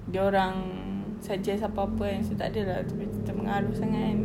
dia orang suggest apa-apa kan so tak ada lah cerita-cerita mengarut sangat kan